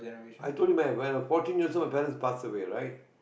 I told you when I was fourteen years old my parents pass away right